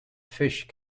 fish